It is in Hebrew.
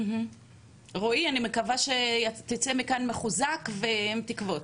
רועי, אני מקווה שתצא מכאן מחוזק ועם תקוות.